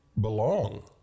Belong